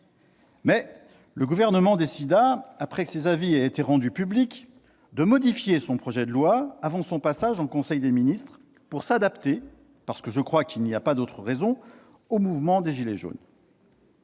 Mais le Gouvernement décida, après que ces avis eurent été rendus publics, de modifier son projet de loi avant son passage en conseil des ministres pour s'adapter- je crois qu'il n'y a pas d'autre raison -au mouvement des « gilets jaunes